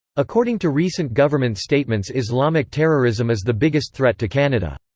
according to recent government statements islamic terrorism is the biggest threat to canada.